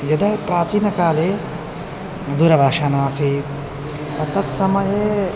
यदा प्राचीनकाले दूरभाषा नासीत् तत्समये